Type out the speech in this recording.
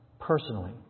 personally